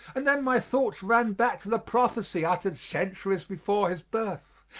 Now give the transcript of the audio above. and then my thoughts ran back to the prophecy uttered centuries before his birth,